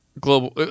Global